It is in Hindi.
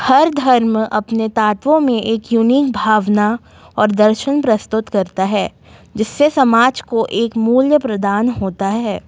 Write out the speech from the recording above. हर धर्म अपने तत्वों में एक यूनिक भावना और दर्शन प्रस्तुत करता है जिससे समाज को एक मूल्य प्रदान होता है